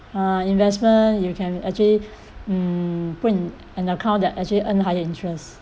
uh investment you can actually mm put in an account that actually earn higher interest